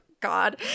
god